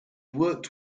worked